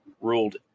ruled